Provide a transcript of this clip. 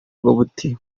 buti